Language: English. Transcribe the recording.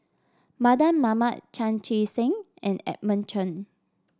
Mardan Mamat Chan Chee Seng and Edmund Chen